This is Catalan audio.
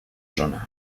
zona